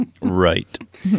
Right